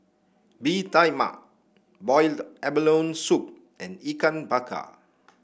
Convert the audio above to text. Bee Tai Mak Boiled Abalone Soup and Ikan Bakar